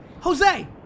jose